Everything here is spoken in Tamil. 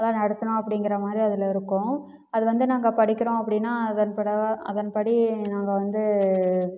நடத்தணும் அப்படிங்கிற மாதிரி அதில் இருக்கும் அது வந்து நாங்கள் படிக்கிறோம் அப்படின்னா அதன் பிரகா அதன் படி நாங்கள் வந்து